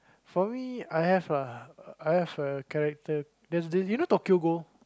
for me I have uh I have a character there's this you know Tokyo-ghoul